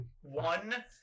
one